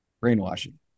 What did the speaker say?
Brainwashing